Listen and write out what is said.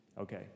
okay